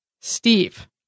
Steve